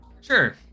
sure